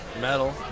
metal